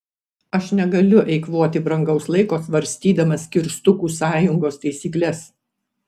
aš negaliu eikvoti brangaus laiko svarstydamas kirstukų sąjungos taisykles